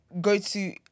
go-to